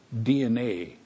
DNA